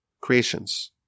creations